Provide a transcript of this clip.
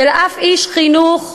של אף איש חינוך,